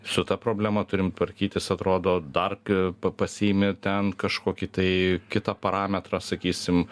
su ta problema turim tvarkytis atrodo dar pa pasiimi ten kažkokį tai kitą parametrą sakysim